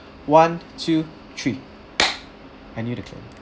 one two three